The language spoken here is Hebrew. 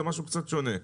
תחרות זה משהו קצת שונה.